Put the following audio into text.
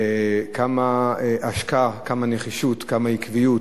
אנחנו יודעים כמה השקעה, כמה נחישות, כמה עקביות,